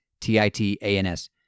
T-I-T-A-N-S